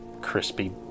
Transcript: crispy